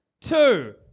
two